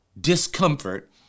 discomfort